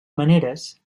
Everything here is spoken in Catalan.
maneres